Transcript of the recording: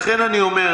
לכן אני אומר,